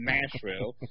Nashville